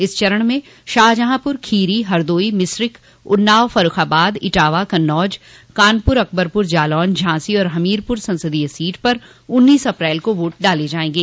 इस चरण में शाहजहांपुर खीरी हरदोई मिश्रिख उन्नाव फर्रूखाबाद इटावा कन्नौज कानपुर अकबरपुर जालौन झांसी और हमीरपुर संसदीय सीट पर उन्नीस अप्रैल को वोट डाले जायेंगे